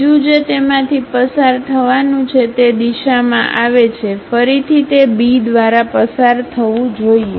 બીજું જે તેમાંથી પસાર થવું છે તે દિશામાં આવે છે ફરીથી તે B દ્વારા પસાર થવું જોઈએ